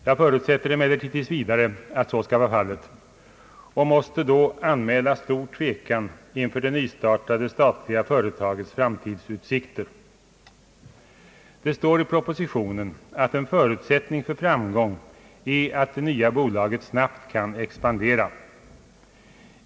Jag förutsätter emellertid tills vidare att så skall vara fallet och måste då anmäla stor tvekan inför det nystartade statliga företagets framtidsutsikter. Det står i propositionen att en förutsättning för framgång är att det nya bolaget snabbt kan expandera.